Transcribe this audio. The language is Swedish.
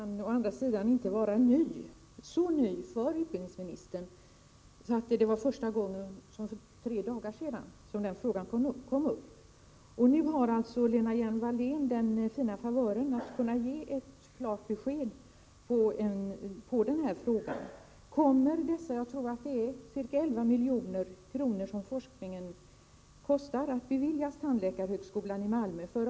Herr talman! Den här frågan kan inte vara så ny för utbildningsministern att det var först för tre dagar sedan som den kom upp. Nu har Lena Hjelm-Wallén den fina möjligheten att ge ett klart besked. Kommer dessa ca 11 milj.kr. som forskningen kostar att beviljas tandläkarhögskolan i Malmö?